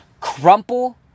crumple